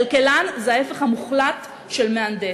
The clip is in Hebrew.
כלכלן זה ההפך המוחלט של מהנדס.